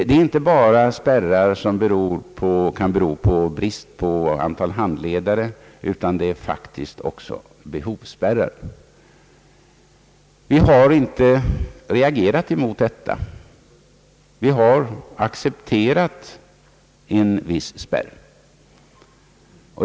Det är inte bara spärrar som kan bero på brist i antalet handledare utan det är faktiskt också behovsspärrar. Vi har inte reagerat mot detta utan accepterat en viss spärr.